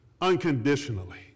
unconditionally